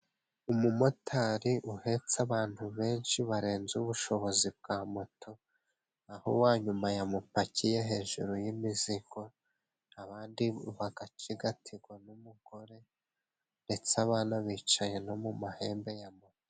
Umumotari uhetse abantu benshi barenze ubushobozi bwa moto aho uwayuma yamupakiye hejuru y'imizigo abandi bagacigatigwa n'umugore ndetse abana bicaye no mu mahembe y'amoto.